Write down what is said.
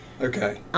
Okay